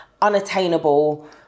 unattainable